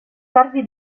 tardi